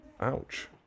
Ouch